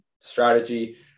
strategy